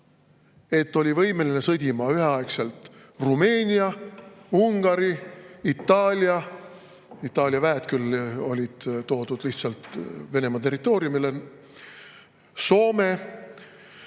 et oli võimeline sõdima üheaegselt Rumeenia, Ungari, Itaalia – Itaalia väed olid küll toodud lihtsalt Venemaa territooriumile – ja Soomega.